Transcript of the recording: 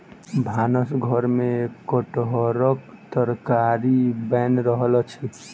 भानस घर में कटहरक तरकारी बैन रहल अछि